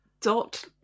dot